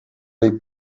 dei